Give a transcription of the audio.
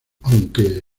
aunque